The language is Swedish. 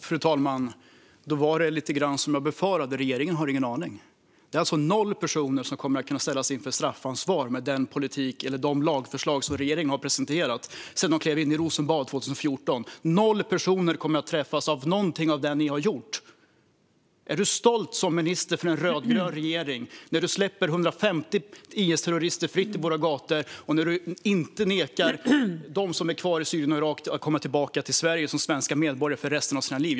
Fru talman! Då är det som jag befarade. Regeringen har ingen aning. Det är alltså noll personer som kommer att omfattas av straffansvar med den politik och de lagförslag som regeringen har presenterat sedan man klev in i Rosenbad 2014. Noll personer kommer att träffas av det som ni har gjort, Ylva Johansson. Är du stolt som minister i den rödgröna regeringen när du släpper 150 IS-terrorister fria på våra gator och inte nekar dem som är kvar i Syrien och Irak att komma tillbaka till Sverige som svenska medborgare för resten av sina liv?